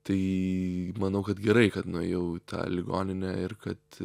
tai manau kad gerai kad nuėjau į tą ligoninę ir kad